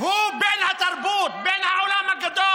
הוא בן התרבות, זה, בן העולם הגדול?